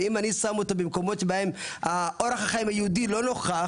ואם אני שם אותו במקומות שבהם אורח החיים היהודי לא נוכח,